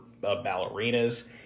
ballerinas